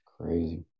crazy